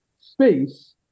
space